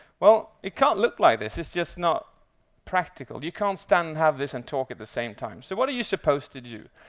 well, it can't look like this. it's just not practical. you can't stand and have this and talk at the same time. so, what are you supposed to do?